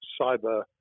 cyber